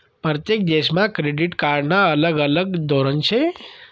परतेक देशमा क्रेडिट कार्डनं अलग अलग धोरन शे